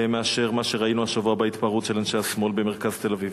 מאשר מה שראינו השבוע בהתפרעות של אנשי השמאל במרכז תל-אביב.